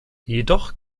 jedoch